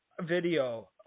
video